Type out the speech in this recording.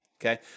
okay